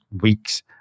weeks